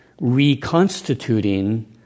reconstituting